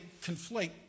conflate